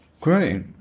Great